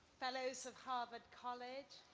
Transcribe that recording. fellows of harvard college,